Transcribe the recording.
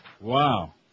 Wow